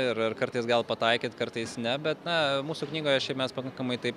ir ar kartais gal pataikyt kartais ne bet na mūsų knygoje šiaip mes pakankamai taip